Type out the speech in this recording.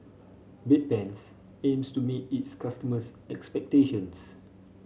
Bedpans aims to meet its customers' expectations